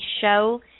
show